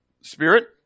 spirit